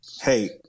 hey